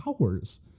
hours